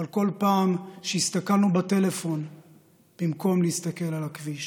על כל פעם שהסתכלנו בטלפון במקום להסתכל על הכביש.